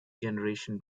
generation